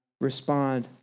respond